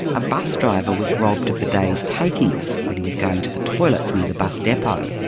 a bus driver was robbed of the day's takings when he was going to the toilets near the bus depot.